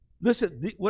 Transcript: Listen